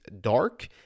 dark